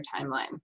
timeline